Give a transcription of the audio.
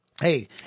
Hey